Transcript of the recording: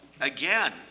again